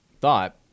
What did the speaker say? Thought